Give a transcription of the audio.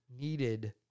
needed